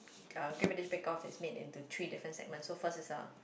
uh Great-British-Bake-Off is made into three different segments so first is a